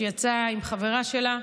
כשהיא יצאה עם חברה שלה,